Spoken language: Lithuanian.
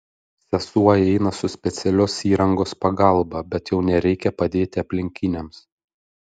sesuo eina su specialios įrangos pagalba bet jau nereikia padėti aplinkiniams